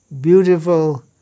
beautiful